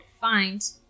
find